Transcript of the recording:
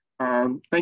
Thank